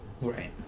right